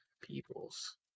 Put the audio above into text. peoples